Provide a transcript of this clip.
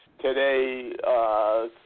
today